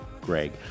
Greg